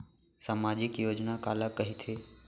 सामाजिक योजना काला कहिथे?